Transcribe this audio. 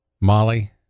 Molly